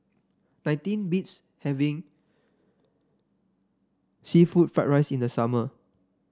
nothing beats having seafood Fried Rice in the summer